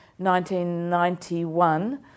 1991